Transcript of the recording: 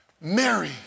Mary